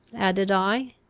added i,